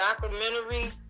documentary